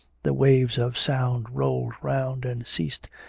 the waves of sound rolled round and ceased,